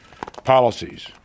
policies